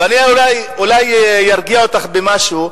ואני אולי ארגיע אותך במשהו,